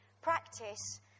Practice